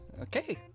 Okay